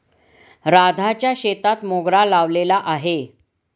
राधाच्या शेतात मोगरा लावलेला आहे